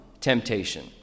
temptation